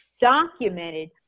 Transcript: documented